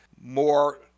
more